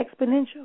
exponential